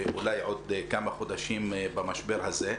ואולי עוד כמה חודשים במשבר הזה.